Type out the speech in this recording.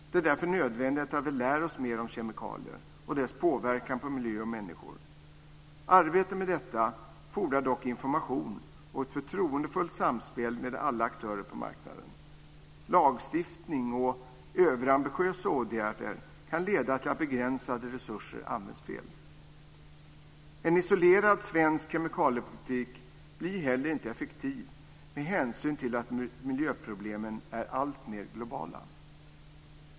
Det är därför nödvändigt att vi lär oss mer om kemikalier och deras påverkan på miljö och människor. Arbetet med detta fordrar dock information och ett förtroendefullt samspel med alla aktörer på marknaden. Lagstiftning och överambitiösa åtgärder kan leda till att begränsade resurser används fel. En isolerad svensk kemikaliepolitik blir inte heller effektiv med hänsyn till att miljöproblemen är alltmer globala.